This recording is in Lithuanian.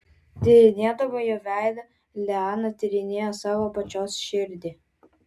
tyrinėdama jo veidą liana tyrinėjo savo pačios širdį